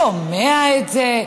שומע את זה?